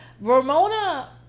Ramona